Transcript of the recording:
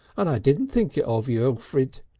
and i didn't think it of you, elfrid.